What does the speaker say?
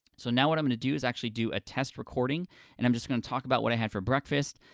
so now what i'm gonna do is actually do a test recording and i'm just gonna talk about what i had for breakfast,